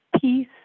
peace